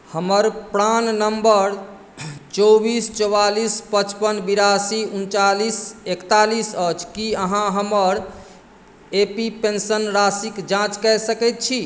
हमर प्राण नम्बर चौबीस चौबालीस पचपन बिरासी उनचालीस एकतालीस अछि की अहाँ हमर ए पी पेंशन राशिक जाँच कऽ सकैत छी